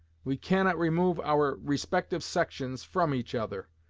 we cannot remove our respective sections from each other,